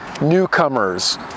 newcomers